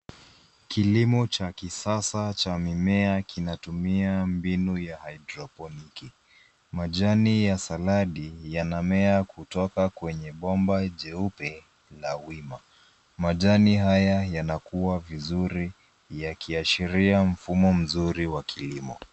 Kilimo cha kisasa cha mimea kinatumia mbinu ya haidroponiki. Majani ya saladi yanamea kutoka kwenye bomba jeupe la wima. Majani haya yanakua vizuri yakiashiria mfumo mzuri wa kilimo.